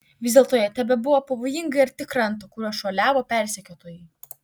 vis dėlto jie tebebuvo pavojingai arti kranto kuriuo šuoliavo persekiotojai